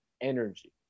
energy